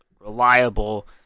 reliable